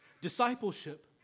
Discipleship